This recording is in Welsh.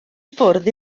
ffwrdd